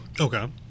Okay